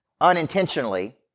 unintentionally